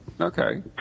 okay